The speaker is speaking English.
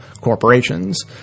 corporations